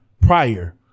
prior